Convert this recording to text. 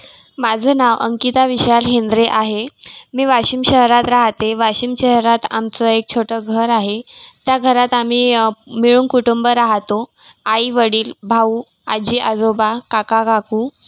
माझं नाव अंकिता विशाल हेंद्रे आहे मी वाशिम शहरात राहते वाशिम शहरात आमचं एक छोटं घर आहे त्या घरात आम्ही मिळून कुटुंब राहतो आईवडील भाऊ आजी आजोबा काका काकू